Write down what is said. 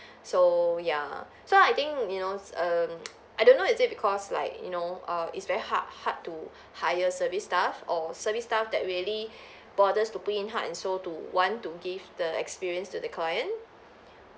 so ya so I think you know um I don't know is it because like you know err it's very hard hard to hire service staff or service staff that really bothers to put in heart and soul to want to give the experience to the client